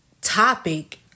topic